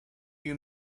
you